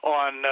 on